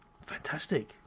fantastic